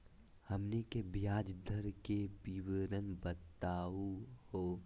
हमनी के ब्याज दर के विवरण बताही हो?